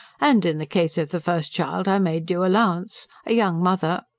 and in the case of the first child, i made due allowance a young mother.